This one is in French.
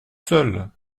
seuls